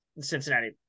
Cincinnati